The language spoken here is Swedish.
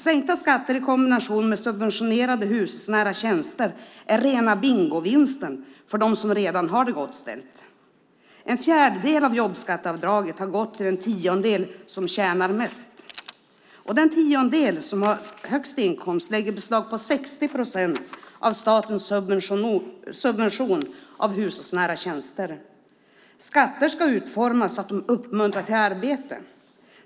Sänkta skatter i kombination med subventionerade hushållsnära tjänster är rena bingovinsten för dem som redan har det gott ställt. En fjärdedel av jobbskatteavdraget har gått till den tiondel som tjänar mest. Den tiondel som har högst inkomst lägger beslag på 60 procent av statens subvention av hushållsnära tjänster. Skatter ska utformas så att de uppmuntrar till arbete.